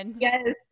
Yes